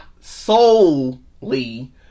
solely